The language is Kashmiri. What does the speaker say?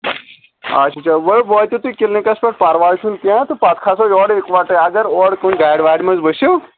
اچھا چلو وٲتَو تُہۍ کِلنٕکس پیٚٹھ پرواے چھُنہٕ کیٚنٛہہ پتہٕ کھسو یورٕ اِکوٹے اگر اورٕ کُنہِ گاڑِ واڑِ منٛز ؤسِو